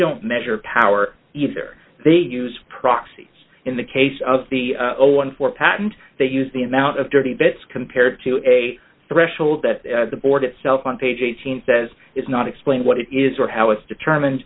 don't measure power either they use proxies in the case of the old one for patent they use the amount of dirty bits compared to a threshold that the board itself on page eighteen says is not explain what it is or how it's determine